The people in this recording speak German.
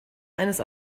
eines